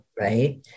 right